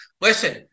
listen